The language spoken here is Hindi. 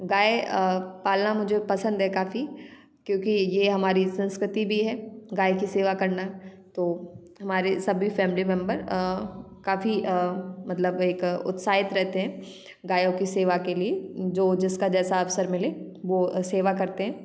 गाय अ पालना मुझे पसंद है काफ़ी क्योकि ये हमारी संस्कृति भी है गाय की सेवा करना तो हमारे सभी फैमिली मेंबर अ काफ़ी अ मतलब एक अ उत्साहित रहते हैं गायों की सेवा के लिए जो जिसका जैसा अवसर मिले वो अ सेवा करते हैं